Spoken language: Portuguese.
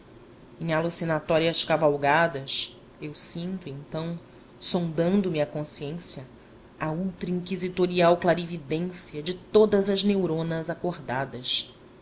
em alucinatórias cavalgadas eu sinto então sondando me a consciência a ultra inquisitorial clarividência de todas as neuronas acordadas